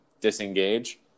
disengage